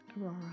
Aurora